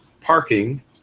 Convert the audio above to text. parking